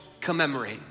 commemorate